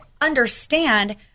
understand